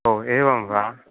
ओ एवं वा